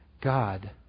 God